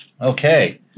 okay